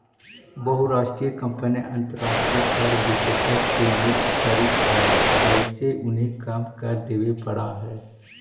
बहुराष्ट्रीय कंपनियां अंतरराष्ट्रीय कर विशेषज्ञ को नियुक्त करित हई वहिसे उन्हें कम कर देवे पड़ा है